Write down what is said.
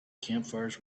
campfires